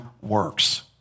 works